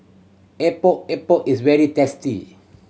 Epok Epok is very tasty